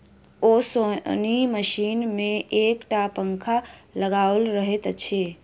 ओसौनी मशीन मे एक टा पंखा लगाओल रहैत छै